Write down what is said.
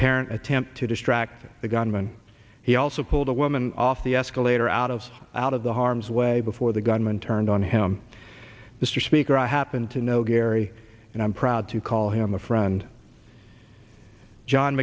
parent attempt to distract the gunman he also pulled a woman off the escalator out of out of the harm's way before the gunman turned on him mr speaker i happen to know gary and i'm proud to call him a friend john